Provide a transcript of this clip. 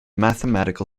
mathematical